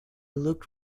looked